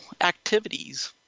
activities